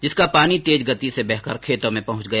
जिसका पानी तेज गति से बहकर खेतों में पहुंच गया